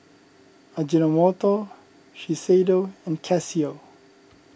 Ajinomoto Shiseido and Casio